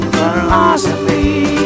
philosophy